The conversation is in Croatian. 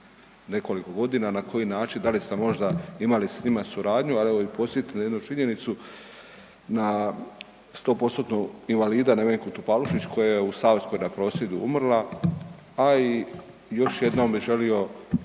nekoliko godina, na koji način, da li ste možda imali s njima suradnju, ali evo i podsjetit ću na jednu činjenicu, na 100%-tnog invalida Nevenku Topalušić koja je u Savskoj na prosvjedu umrla a i još jednom bi želio